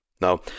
Now